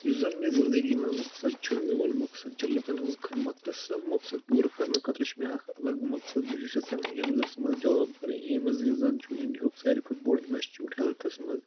یُس زَن مےٚ زِندگی منٛز مقصد چھُ میون مقصد چھُ لُکَن ہٕنٛز خدمت تہٕ سۄ مقصد پوٗرٕ کرنہٕ خٲطرٕ چھُ مےٚ اکھ الگ مقصد بہٕ چھُس یَژھان ایمزس منٛز جاب کَرٕنۍ ایمٕز یُس زَن چھُ اِنڈیا ہُک ساروی کھۄتہٕ بوٚڑ اِنسٹِچوٗٹ ہیٚلتھَس منٛز